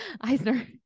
Eisner